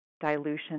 dilution